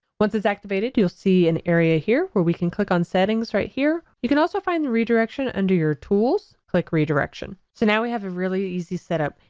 once it's activated you'll see an area here where we can click on settings right here, you can also find the redirection under your tools, click redirection. so now we have a really easy setup.